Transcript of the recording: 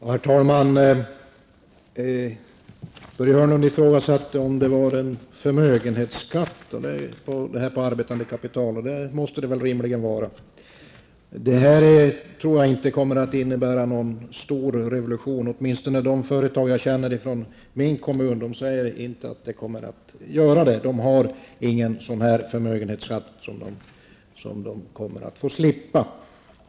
Herr talman! Börje Hörnlund ifrågasatte om det var fråga om förmögenhetsskatten på arbetande kapital, och det måste det väl rimligen vara. Jag tror inte att det kommer att innebära någon stor revolution. Man säger, åtminstone från de företag som jag känner från min kommun, att det inte kommer att göra det. De har ingen förmögenhetsskatt som de kommer att slippa.